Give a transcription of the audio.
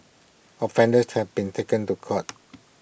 offenders have been taken to court